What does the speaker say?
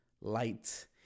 light